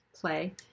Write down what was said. play